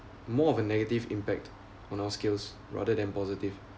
more of a negative impact on our skills rather than positive